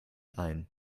ein